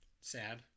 Sad